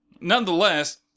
nonetheless